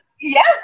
Yes